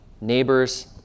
neighbors